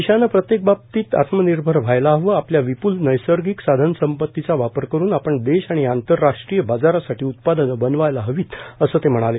देशानं प्रत्येक बाबतीत आत्मनिर्भर व्हायला हवं आपल्या विप्ल नैसर्गिक साधनसंपतीचा वापर करून आपण देश तसंच आंतरराष्ट्रीय बाजारासाठी उत्पादनं बनवायला हवीत असं ते म्हणाले